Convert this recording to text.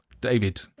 David